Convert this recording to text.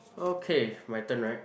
okay my turn right